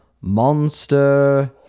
monster